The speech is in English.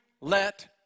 let